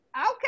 okay